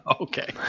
Okay